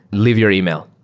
leave your email.